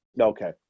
Okay